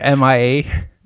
mia